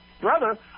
brother